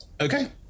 Okay